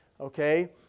okay